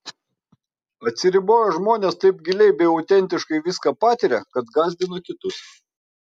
atsiriboję žmonės taip giliai bei autentiškai viską patiria kad gąsdina kitus